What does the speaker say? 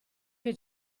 che